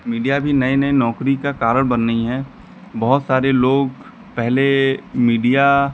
media भी नई नई नौकरी का कारण बन रहा है बहुत सारे लोग पहले मीडिया